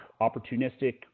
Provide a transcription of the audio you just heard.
opportunistic